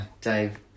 Dave